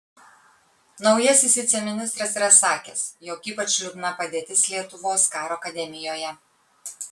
naujasis viceministras yra sakęs jog ypač liūdna padėtis lietuvos karo akademijoje